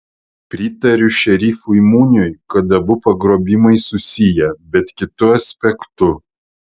pritariu šerifui muniui kad abu pagrobimai susiję bet kitu aspektu